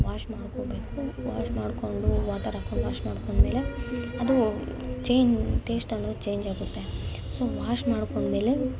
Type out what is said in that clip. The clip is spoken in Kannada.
ವಾಶ್ ಮಾಡ್ಕೊಳ್ಬೇಕು ವಾಶ್ ಮಾಡ್ಕೊಂಡು ವಾಟರ್ ಹಾಕೊಂಡು ವಾಶ್ ಮಾಡ್ಕೊಂಡಾದ್ಮೇಲೆ ಅದು ಚೇಂಜ್ ಟೇಸ್ಟ್ ಅನ್ನೋದು ಚೇಂಜ್ ಆಗುತ್ತೆ ಸೊ ವಾಶ್ ಮಾಡ್ಕೊಂಡ್ಮೇಲೆ